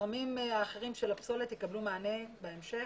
הזרמים האחרים של הפסולת יקבלו מענה בהמשך